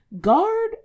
guard